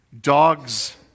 Dogs